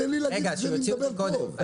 הוא יוציא אותי קודם,